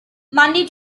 monday